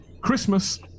Christmas